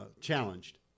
challenged